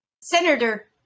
Senator